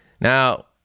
Now